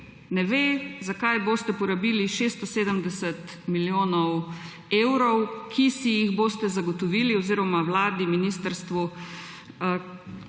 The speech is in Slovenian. ne ve, zakaj boste porabili 670 milijonov evrov, ki si jih boste zagotovili oziroma Vladi, ministrstvu